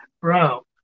bro